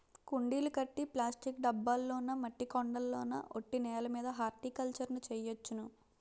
కుండీలు కట్టి ప్లాస్టిక్ డబ్బాల్లోనా మట్టి కొండల్లోన ఒట్టి నేలమీద హార్టికల్చర్ ను చెయ్యొచ్చును